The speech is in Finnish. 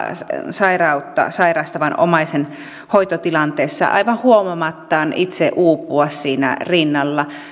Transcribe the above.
sairautta sairastavan omaisen hoitotilanteessa aivan huomaamattaan itse uupua siinä rinnalla